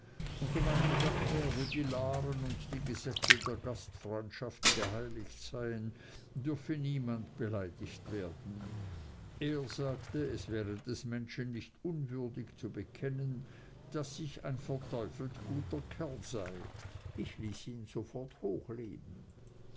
unter meinem dache wo die laren und die gesetze der gastfreundschaft geheiligt seien dürfe niemand beleidigt wer den er sagte es wäre des menschen nicht unwürdig zu bekennen daß ich ein verteufelt guter kerl sei ich ließ ihn sofort hochleben